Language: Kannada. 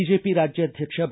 ಬಿಜೆಪಿ ರಾಜ್ಗಾಧ್ವಕ್ಷ ಬಿ